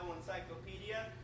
Encyclopedia